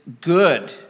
good